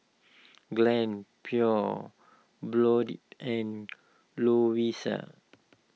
Glad Pure Blonde and Lovisa